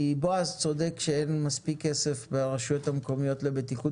בועז צודק שאין מספיק צדק ברשויות המקומיות לבטיחות